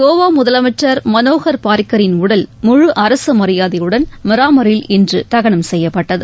கோவா முதலமைச்சர் மனோகர் பாரிக்கரின் உடல் முழு அரசு மரியாதையுடன் மிராமாரில் இன்று தகனம் செய்யப்பட்டது